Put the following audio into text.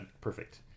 perfect